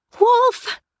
Wolf